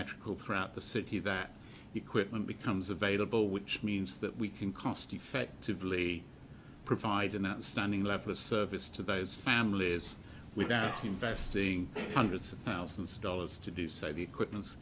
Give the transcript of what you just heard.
metrical throughout the city that equipment becomes available which means that we can cost effectively provide an outstanding level of service to those families without investing hundreds of thousands of dollars to do so the equipment